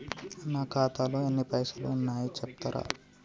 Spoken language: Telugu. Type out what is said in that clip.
నా ఖాతాలో ఎన్ని పైసలు ఉన్నాయి చెప్తరా?